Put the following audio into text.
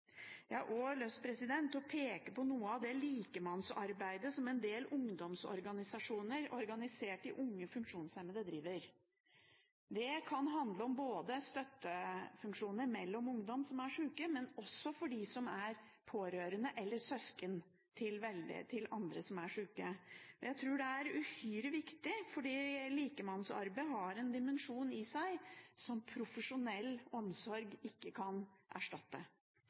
Jeg har også lyst til å peke på noe av det likemannsarbeidet som en del ungdomsorganisasjoner organisert i Unge funksjonshemmede, driver. Det kan handle om støttefunksjoner mellom ungdom som er syke, men også for dem som er pårørende eller søsken til syke. Jeg tror det er uhyre viktig fordi likemannsarbeidet har en dimensjon i seg som profesjonell omsorg ikke kan erstatte.